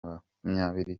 makumyabiri